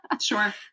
Sure